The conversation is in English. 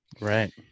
Right